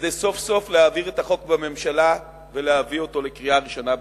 כדי להעביר סוף-סוף את החוק בממשלה ולהביא אותו לקריאה ראשונה בכנסת.